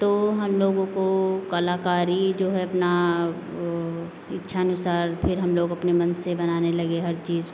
तो हम लोगों को कलाकारी जो है अपना वो इच्छानुसार फिर हम लोग अपने मन से बनाने लगे हर चीज़